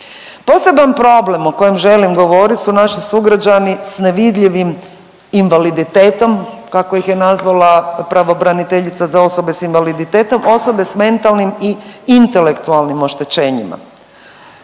Poseban problem o kojem želim govoriti su naši sugrađani sa nevidljivim invaliditetom kako ih je nazvala pravobraniteljica za osobe sa invaliditetom, osobe sa mentalnim i intelektualnim oštećenjima.